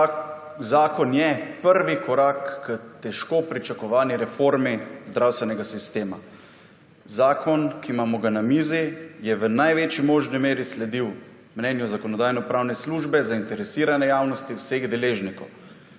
zakon je prvi korak k težko pričakovani reformi zdravstvenega sistema. Zakon, ki ga imamo na mizi je v največji možni meri sledil mnenju Zakonodajno-pravne službe, zainteresirane javnosti, vseh deležnikov.